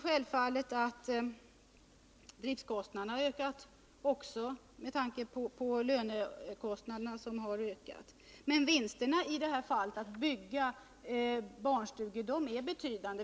Självfallet har driftkostnaderna ökat också på grund av lönekostnadernas stegring, men vinsterna på byggandet av barnstugor är ändå betydande.